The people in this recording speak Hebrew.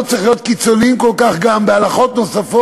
צריך להיות קיצוניים כל כך גם בהלכות נוספות,